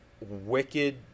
wicked